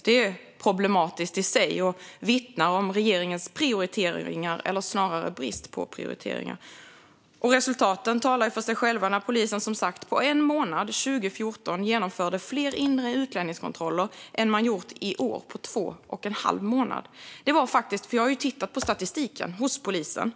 Det är problematiskt i sig, och det vittnar om regeringens prioriteringar eller snarare brist på prioriteringar. Resultaten talar för sig själva. Polisen genomförde som sagt på en månad 2014 fler inre utlänningskontroller än man har gjort på två och en halv månad i år. Jag har ju tittat på polisens statistik.